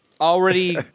Already